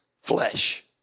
flesh